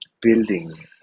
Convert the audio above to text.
building